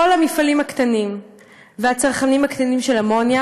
כל המפעלים הקטנים והצרכנים הקטנים של אמוניה